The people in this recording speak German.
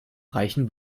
reichen